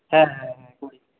হ্যাঁ হ্যাঁ হ্যাঁ কুড়ি